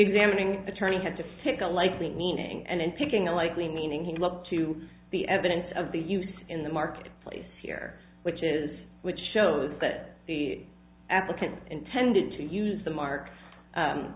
examining attorney had to take the likely meaning and in picking a likely meaning he looked to the evidence of the use in the market place here which is which shows that the applicant intended to use the mark